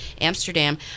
Amsterdam